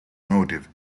motive